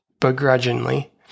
begrudgingly